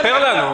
ספר לנו.